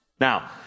Now